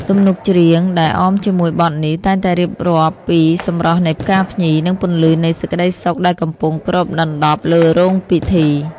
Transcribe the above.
ទំនុកច្រៀងដែលអមជាមួយបទនេះ តែងតែរៀបរាប់ពីសម្រស់នៃផ្កាភ្ញី និងពន្លឺនៃសេចក្តីសុខដែលកំពុងគ្របដណ្តប់លើរោងពិធី